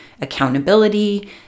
accountability